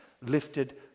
lifted